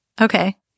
Okay